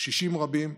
קשישים רבים,